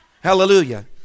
hallelujah